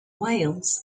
wales